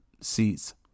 seats